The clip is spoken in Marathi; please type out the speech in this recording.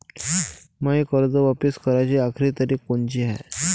मायी कर्ज वापिस कराची आखरी तारीख कोनची हाय?